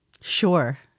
sure